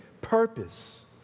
purpose